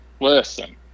Listen